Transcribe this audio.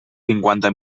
cinquanta